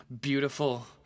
beautiful